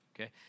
okay